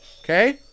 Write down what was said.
okay